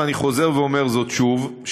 ואני חוזר ואומר זאת שוב,